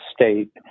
state